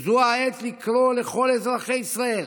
זו העת לקרוא לכל אזרחי ישראל